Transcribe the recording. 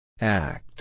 Act